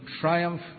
triumph